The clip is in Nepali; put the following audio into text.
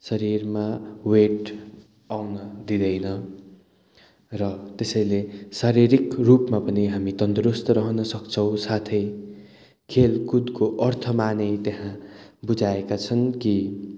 शरीरमा वेट आउन दिँदैन र त्यसैले शारीरिक रूपमा पनि हामी तन्दुरुस्त रहनसक्छौँ साथै खेलकुदको अर्थमा नै त्यहाँ बुझाएका छन् कि